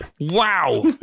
Wow